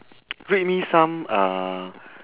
read me some uh